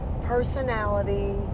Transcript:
personality